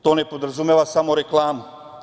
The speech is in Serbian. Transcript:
To ne podrazumeva samo reklamu.